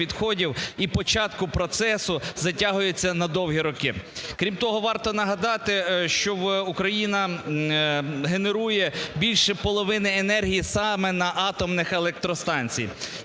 і початку процесу затягується на довгі роки. Крім того, варто нагадати, що Україна генерує більше половини енергії саме на атомних електростанціях.